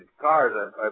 Cars